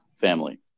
family